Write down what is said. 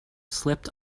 slipped